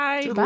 Bye